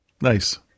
Nice